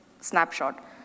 snapshot